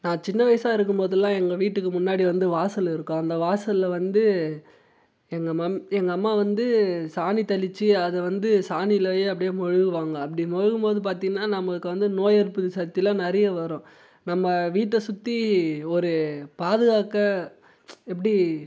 நான் சின்ன வயசாக இருக்கும் போதெலாம் எங்கள் வீட்டுக்கு முன்னாடி வந்து வாசல் இருக்கும் அந்த வாசலில் வந்து எங்கள் மம் எங்கள் அம்மா வந்து சானி தெளித்து அதை வந்து சானிலேயே அப்படியே மொழுகுவாங்க அப்படி மொழுகும் போது பார்த்தினா நமக்கு வந்து நோயெதிர்ப்பு சக்தியெலாம் நிறைய வரும் நம்ம வீட்டை சுற்றி ஒரு பாதுகாக்க எப்படி